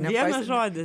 vienas žodis